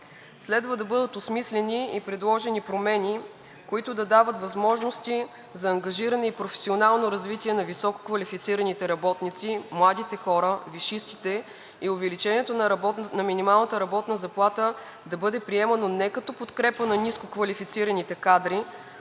Следва да бъдат осмислени и предложени промени, които да дават възможности за ангажиране и професионално развитие на висококвалифицираните работници, младите хора, висшистите и увеличението на минималната работна заплата да бъде приемано не като подкрепа на ниско- квалифицираните кадри,